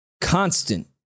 constant